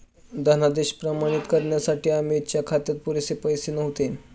धनादेश प्रमाणित करण्यासाठी अमितच्या खात्यात पुरेसे पैसे नव्हते